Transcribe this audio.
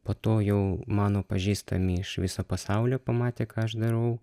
po to jau mano pažįstami iš viso pasaulio pamatė ką aš darau